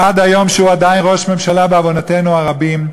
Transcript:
עד היום שהוא עדיין ראש ממשלה בעוונותינו הרבים.